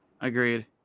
Agreed